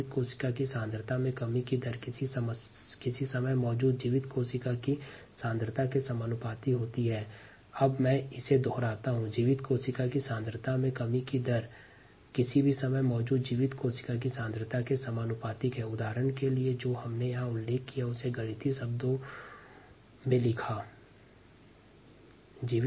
जैसा कि हमने पहले देखा है कि जीवित कोशिका की सांद्रता में कमी की दर किसी समय मौजूद जीवित कोशिका की सांद्रता के सीधे समानुपातिक होती है जिसे गणितीय शब्दावली में लिखा गया है स्लाइड समय 0906